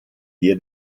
dia